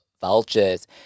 vultures